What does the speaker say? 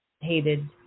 hated